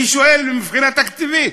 אני שואל מבחינה תקציבית: